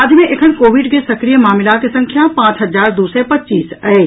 राज्य मे एखन कोविड के सक्रिय मामिलाक संख्या पांच हजार दू सय पच्चीस अछि